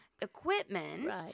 equipment